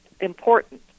important